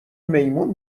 میمون